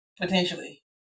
Potentially